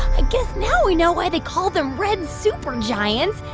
i guess now we know why they call them red supergiants.